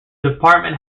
department